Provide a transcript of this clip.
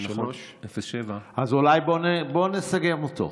אז אולי בוא נסכם אותו.